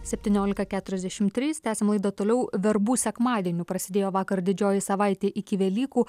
septyniolika keturiasdešim trys tęsiam laidą toliau verbų sekmadieniu prasidėjo vakar didžioji savaitė iki velykų